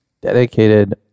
dedicated